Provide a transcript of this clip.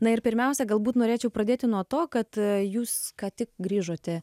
na ir pirmiausia galbūt norėčiau pradėti nuo to kad jūs ką tik grįžote